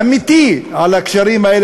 אליך ארבעה-חמישה מתגייסים לצה"ל,